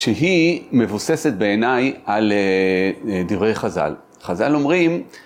שהיא מבוססת בעיניי על דברי חז״ל, חז״ל אומרים